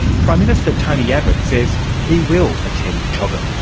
prime minister tony abbott says he will attend chogm.